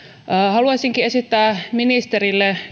haluaisinkin esittää ministerille